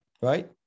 Right